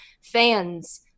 fans